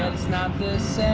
it's not the